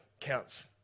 counts